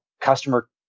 customer